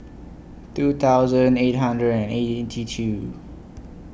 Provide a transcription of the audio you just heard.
two thousand eight hundred and two